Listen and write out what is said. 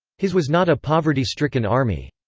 his was not a poverty-stricken army.